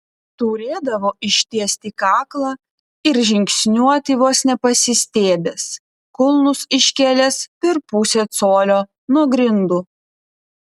turėdavo ištiesti kaklą ir žingsniuoti vos ne pasistiebęs kulnus iškėlęs per pusę colio nuo grindų